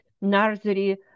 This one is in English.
nursery